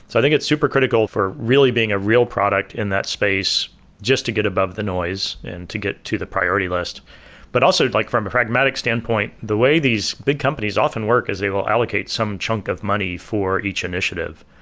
i think it's super critical for really being a real product in that space just to get above the noise and to get to the priority list but also like from a pragmatic standpoint, the way these big companies often work is they will allocate some chunk of money for each initiative.